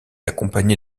accompagné